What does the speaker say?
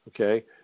okay